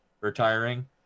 retiring